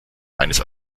eines